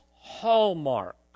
hallmark